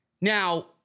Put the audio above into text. Now